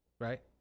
Right